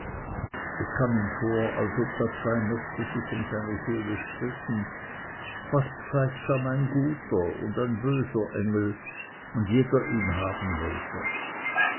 es kam ihm vor als ob da zwei mächte sich um seine seele stritten fast gleichsam ein guter und ein böser engel und jeder ihn haben wollte